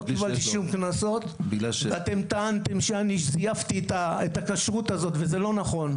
קיבלתי שום קנסות ואתם טענתם שאני זייפתי את הכשרות הזאת וזה לא נכון.